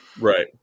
Right